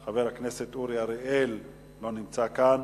חבר הכנסת אורי אריאל, לא נמצא כאן.